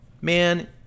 man